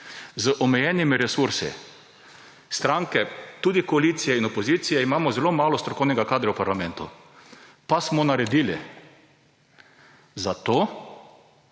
Z omejenimi resursi – stranke, tudi koalicije, in opozicije imamo zelo malo strokovnega kadra v parlamentu – pa smo naredili. Zato